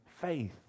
faith